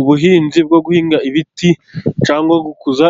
Ubuhinzi bwo guhinga ibiti, cyangwa gukuza